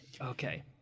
Okay